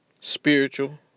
spiritual